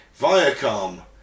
Viacom